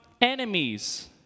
enemies